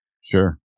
Sure